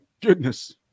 goodness